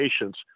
patient's